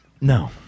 No